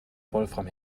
wolfram